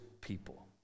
people